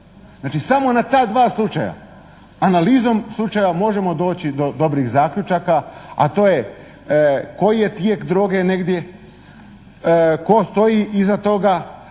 Znači na samo ta dva slučaja analizom slučajeva možemo doći do dobrih zaključaka, a to je koji je tijek droge negdje, tko stoji iza toga,